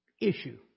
issue